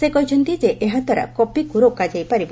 ସେ କହିଛନ୍ତି ଏହାଦ୍ୱାରା କପିକୁ ରୋକାଯାଇପାରିବ